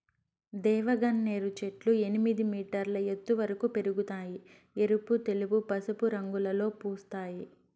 దేవగన్నేరు చెట్లు ఎనిమిది మీటర్ల ఎత్తు వరకు పెరగుతాయి, ఎరుపు, తెలుపు, పసుపు రంగులలో పూస్తాయి